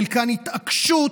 חלקן התעקשות,